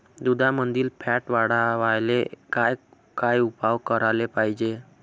दुधामंदील फॅट वाढवायले काय काय उपाय करायले पाहिजे?